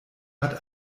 hat